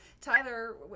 Tyler